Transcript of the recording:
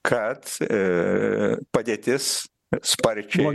kad padėtis sparčiai